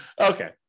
Okay